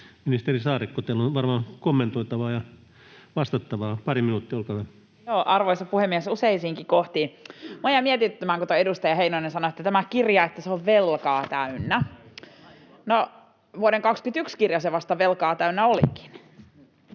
Ministeri Saarikko, teillä on varmaan kommentoitavaa ja vastattavaa. Pari minuuttia, olkaa hyvä. Arvoisa puhemies! Useisiinkin kohtiin. Minua jäi mietityttämään, kun edustaja Heinonen sanoi, että tämä kirja on velkaa täynnä. [Pia Viitanen ja Jukka Gustafsson: